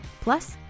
Plus